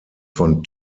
von